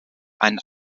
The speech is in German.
ein